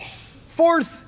Fourth